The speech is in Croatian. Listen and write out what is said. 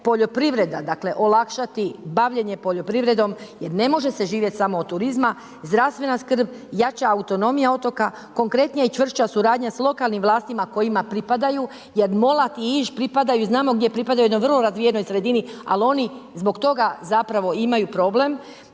poljoprivreda, dakle olakšati bavljenje poljoprivredom jer ne može se živjet samo od turizma, zdravstvena skrb, jača autonomija otoka, konkretnija i čvršća suradnja s lokalnim vlastima kojima pripadaju jer Mulat i Iš pripadaju, znamo gdje pripadaju jednoj vrlo razvijenoj sredini, ali oni zbog toga zapravo imaju problem,